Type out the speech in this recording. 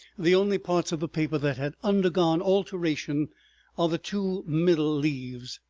the only parts of the paper that had undergone alteration are the two middle leaves.